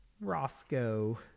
Roscoe